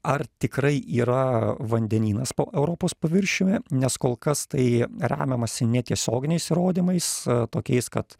ar tikrai yra vandenynas europos paviršiuje nes kol kas tai remiamasi netiesioginiais įrodymais tokiais kad